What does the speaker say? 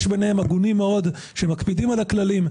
ויש ביניהם הגונים מאוד שמקפידים על הכללים.